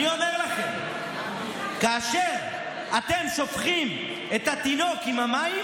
אני אומר לכם, כאשר אתם שופכים את התינוק עם המים